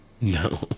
No